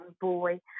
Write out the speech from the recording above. boy